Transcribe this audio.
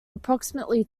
approximately